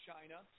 China